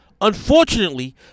Unfortunately